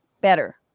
better